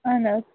اہَن حظ